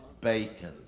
Bacon